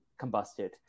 combusted